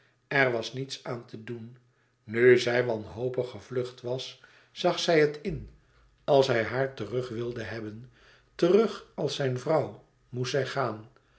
er was niets aan te doen nu zij wanhopig gevlucht was zag zij het in als hij haar terug wilde hebben terug als zijn vrouw moest zij gaan